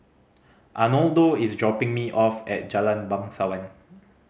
Arnoldo is dropping me off at Jalan Bangsawan